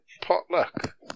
Potluck